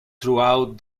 throughout